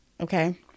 Okay